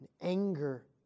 anger